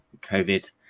COVID